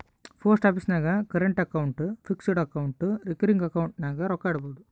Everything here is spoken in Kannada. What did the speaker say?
ಪೋಸ್ಟ್ ಆಫೀಸ್ ನಾಗ್ current account, fixed account, recurring account ನಾಗ್ ರೊಕ್ಕಾ ಇಡ್ಬೋದ್